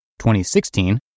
2016